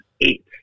eight